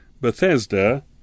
Bethesda